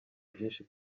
byinshi